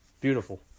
Beautiful